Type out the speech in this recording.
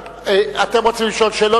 אתם רוצים לשאול שאלות,